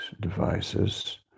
devices